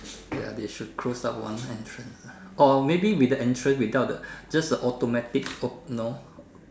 ya they should close up one entrance or maybe with the entrance without the just the automatic oh know